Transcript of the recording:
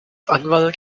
anwalt